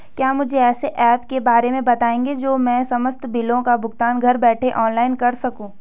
क्या मुझे ऐसे ऐप के बारे में बताएँगे जो मैं समस्त बिलों का भुगतान घर बैठे ऑनलाइन कर सकूँ?